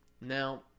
Now